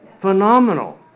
phenomenal